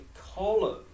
column